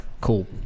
Cool